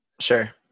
Sure